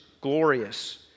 glorious